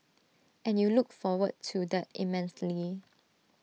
and you look forward to that immensely